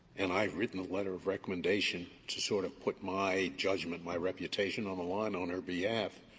and i've written a letter of recommendation to sort of put my judgment, my reputation on the line on her behalf.